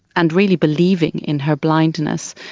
and really believing in her blindness.